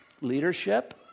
leadership